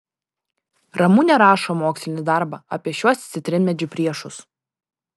ramunė rašo mokslinį darbą apie šiuos citrinmedžių priešus